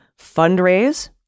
fundraise